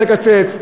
איך לקצץ,